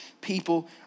people